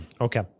Okay